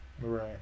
Right